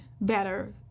better